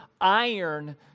Iron